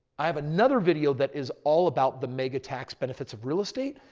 i have another video that is all about the mega tax benefits of real estate.